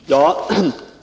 Herr talman!